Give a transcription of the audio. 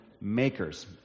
makers